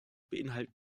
beinhalten